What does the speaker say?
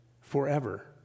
forever